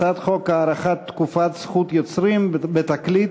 הצעת חוק הארכת תקופת זכות יוצרים בתקליט